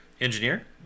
Engineer